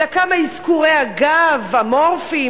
אלא כמה אזכורי אגב אמורפיים,